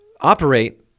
operate